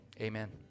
amen